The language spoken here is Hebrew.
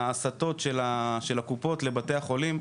ההסטות של הקופות לבתי החולים,